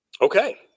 Okay